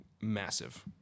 massive